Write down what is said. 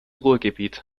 ruhrgebiet